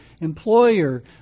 employer